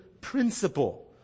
principle